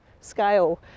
scale